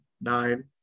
nine